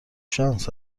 شانس